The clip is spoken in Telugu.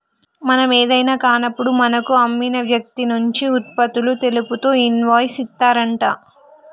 మనం ఏదైనా కాన్నప్పుడు మనకు అమ్మిన వ్యక్తి నుంచి ఉత్పత్తులు తెలుపుతూ ఇన్వాయిస్ ఇత్తారంట